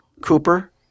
Cooper